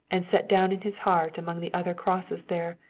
and set down in his heart, among the other crosses there,